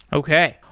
okay.